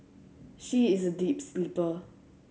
she is a deep sleeper